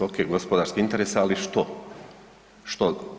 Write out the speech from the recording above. Ok, gospodarski interes, ali što?